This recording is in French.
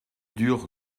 dur